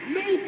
no